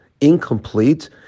incomplete